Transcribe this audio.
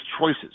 choices